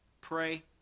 pray